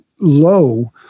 low